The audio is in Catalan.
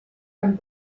amb